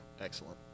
excellent